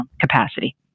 capacity